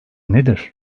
nedir